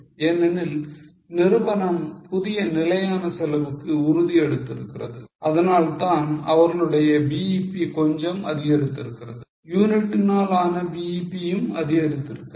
ஏனெனில் நிறுவனம் புதிய நிலையான செலவுக்கு உறுதி எடுத்து இருக்கிறது அதனால்தான் அவர்களுடைய BEP கொஞ்சமாக அதிகரித்திருக்கிறது யூனிட்டினால் ஆன BEP யும் அதிகரித்திருக்கிறது